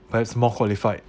perhaps more qualified